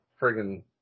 friggin